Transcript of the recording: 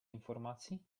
informacji